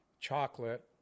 chocolate